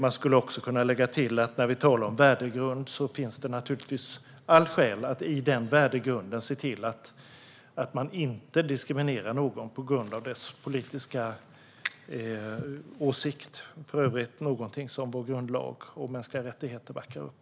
Man skulle också kunna lägga till att när vi talar om värdegrund finns det allt skäl att i den värdegrunden se till att man inte diskriminerar någon på grund av dess politiska åsikt. Det är för övrigt något som vår grundlag och mänskliga rättigheter backar upp.